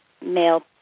male